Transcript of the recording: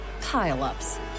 pile-ups